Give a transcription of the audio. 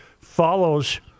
follows